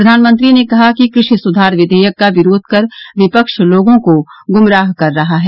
प्रधानमंत्री ने कहा कि कृषि सुधार विधेयक का विरोध कर विपक्ष लोगों को गुमराह कर रहा है